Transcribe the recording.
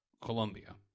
Colombia